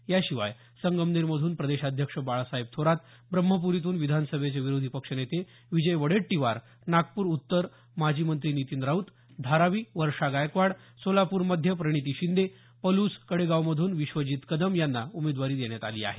याशिवाय संगमनेरमधून प्रदेशाध्यक्ष बाळासाहेब थोरात ब्रम्हप्रीतून विधानसभेचे विरोधी पक्षनेते विजय वडेट्टीवार नागपूर उत्तर माजी मंत्री नितीन राऊत धारावी वर्षा गायकवाड सोलापूर मध्य प्रणिती शिंदे पलूस कडेगावमधून विश्वजीत कदम यांना उमेदवारी देण्यात आली आहे